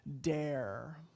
dare